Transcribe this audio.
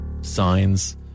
Signs